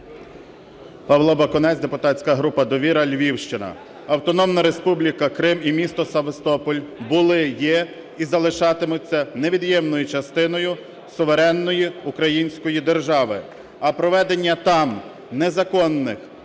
Павло Бакунець, депутатська група "Довіра", Львівщина. Автономна Республіка Крим і місто Севастополь були, є і залишатимуться невід'ємною частиною суверенної української держави. А проведення там незаконних